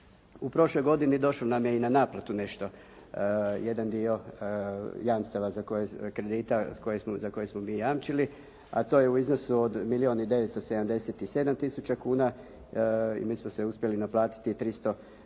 U prošloj godini došlo nam je i na naplatu nešto, jedan dio jamstava za koje, kredita za koje smo mi jamčili, a to je u iznosu od milijon i 977 tisuća kuna i mi smo sve uspjeli naplatiti 319 tisuća